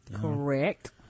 Correct